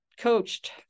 coached